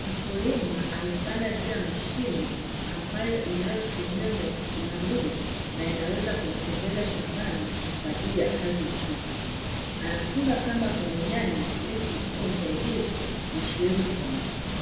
Mkulima amepanda juu ya mashine, ambayo inayo sehemu ya kusimamia na inaweza kumtembeza shambani kwa ajili ya kazi husika. Anafunga kamba kwenye nyanya ilikuzipa usaidizi zisiweze kuanguka.